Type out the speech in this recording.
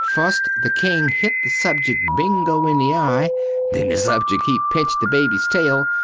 fust the king hit the subjeck bingo in the eye then the subjeck he pincht the babys tail,